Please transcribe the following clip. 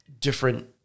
different